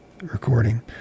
recording